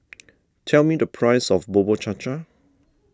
tell me the price of Bubur Cha Cha